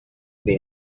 been